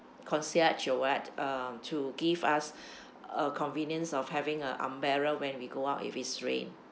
concierge or what uh to give us a convenience of having a umbrella when we go out if it's rain